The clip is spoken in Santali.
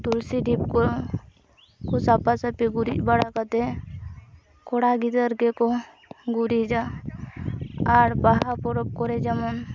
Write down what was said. ᱛᱩᱞᱥᱤ ᱰᱷᱤᱯᱠᱚ ᱥᱟᱯᱟ ᱥᱟᱹᱯᱤ ᱜᱩᱨᱤᱡ ᱵᱟᱲᱟ ᱠᱟᱛᱮ ᱠᱚᱲᱟ ᱜᱤᱫᱟᱹᱨ ᱜᱮᱠᱚ ᱜᱩᱨᱤᱡᱟ ᱟᱨ ᱵᱟᱦᱟ ᱯᱚᱨᱚᱵᱽ ᱠᱚᱨᱮ ᱡᱮᱢᱚᱱ